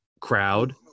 crowd